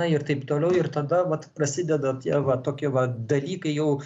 na ir taip toliau ir tada vat prasideda tie va tokie va dalykai jau